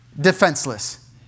defenseless